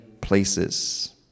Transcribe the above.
places